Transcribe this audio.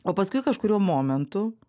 o paskui kažkuriuo momentu